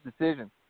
decision